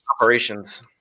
operations